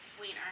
wiener